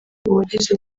uwagize